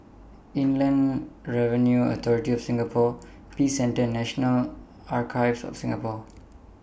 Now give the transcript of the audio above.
Inland Revenue Authority of Singapore Peace Centre National Archives of Singapore